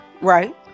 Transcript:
Right